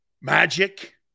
Magic